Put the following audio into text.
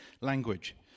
language